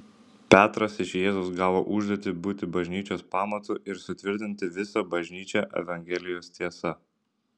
petras iš jėzaus gavo užduotį būti bažnyčios pamatu ir sutvirtinti visą bažnyčią evangelijos tiesa